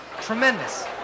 Tremendous